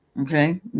okay